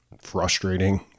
frustrating